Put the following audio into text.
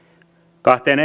kahteen